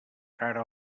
cara